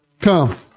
Come